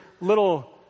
little